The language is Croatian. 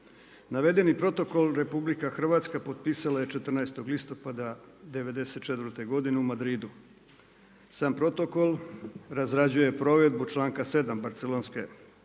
Navedeni protokol RH potpisala je 14. listopada '94. godine u Madridu. Sam protokol razrađuje provedbu članka 7. Barcelonske konvencije